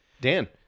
Dan